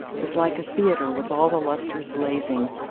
was like a theatre with all the lustres blazing.